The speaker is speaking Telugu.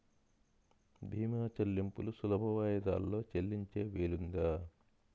భీమా చెల్లింపులు సులభ వాయిదాలలో చెల్లించే వీలుందా?